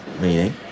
Meaning